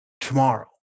tomorrow